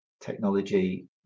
technology